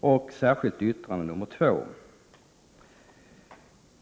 det särskilda yttrandet nr 2.